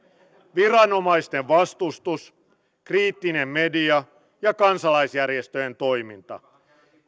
viranomaisten vastustus kriittinen media ja kansalaisjärjestöjen toiminta